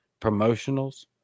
promotionals